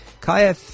Kaya